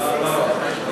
לא, לא.